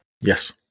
Yes